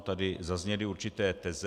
Tady zazněly určité teze.